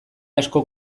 askok